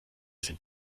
sind